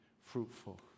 fruitful